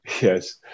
Yes